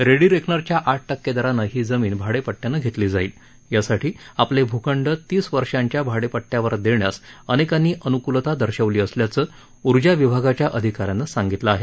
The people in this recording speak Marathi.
रेडी रेकनरच्या आठ टक्के दरानं ही जमीन भाडेपट्ट्यानं घेतली जाईल यासाठी आपले भूखंड तीस वर्षांच्या भाडेपट्ट्यावर देण्यास अनेकांनी अनुकूलता दर्शवली असल्याचं ऊर्जा विभागाच्या अधिकाऱ्यानं सांगितलं आहे